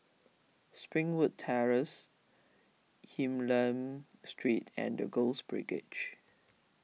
Springwood Terrace Hylam Street and the Girls Brigade